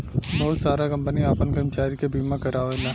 बहुत सारा कंपनी आपन कर्मचारी के बीमा कारावेला